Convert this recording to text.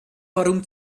warum